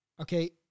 Okay